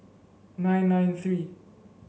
nine nine three